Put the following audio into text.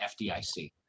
FDIC